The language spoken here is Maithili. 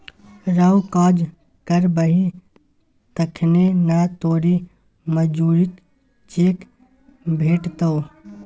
रौ काज करबही तखने न तोरो मजुरीक चेक भेटतौ